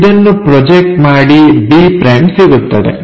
ಇದನ್ನು ಪ್ರೊಜೆಕ್ಟ್ ಮಾಡಿ b' ಸಿಗುತ್ತದೆ